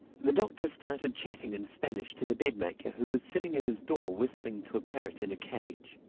the doctor started chatting in spanish to the bed-maker who was sitting at his door whistling to a parrot in a cage.